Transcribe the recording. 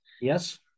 Yes